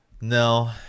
No